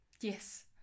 yes